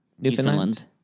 Newfoundland